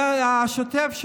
זה היה השוטף,